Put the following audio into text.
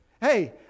hey